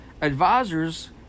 advisors